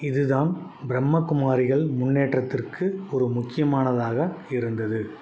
இது தான் பிரம்ம குமாரிகள் முன்னேற்றத்திற்கு ஒரு முக்கியமானதாக இருந்தது